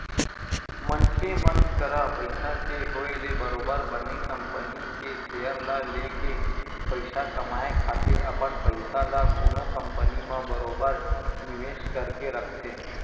मनखे मन करा पइसा के होय ले बरोबर बने कंपनी के सेयर ल लेके पइसा कमाए खातिर अपन पइसा ल कोनो कंपनी म बरोबर निवेस करके रखथे